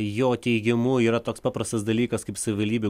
jo teigimu yra toks paprastas dalykas kaip savivaldybių